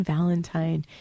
Valentine